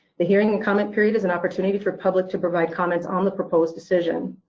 the hearing and comment period is an opportunity for public to provide comments on the proposed decision.